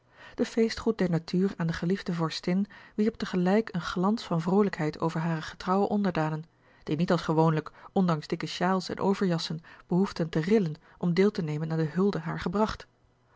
de feestgroet der natuur aan de geliefde vorstin wierp tegelijk een glans van vroolijkheid over hare getrouwe onderdanen die niet als gewoonlijk ondanks dikke sjaals en overjassen behoefden te rillen om deel te nemen aan de hulde haar gebracht